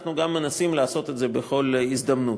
אנחנו גם מנסים לעשות את זה בכל הזדמנות.